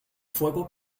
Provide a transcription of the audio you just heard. fuego